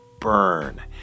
burn